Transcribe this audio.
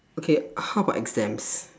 okay how about exams